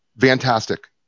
Fantastic